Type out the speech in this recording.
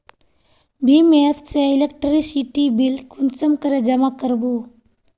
भीम app से electricity bill कुंसम करे जमा कर बो?